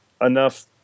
enough